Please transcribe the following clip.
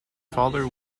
father